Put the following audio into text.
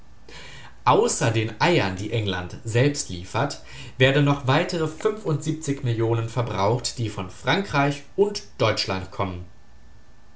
außer den eiern die england selbst liefert werden noch weitere millionen verbraucht die von frankreich und deutschland kommen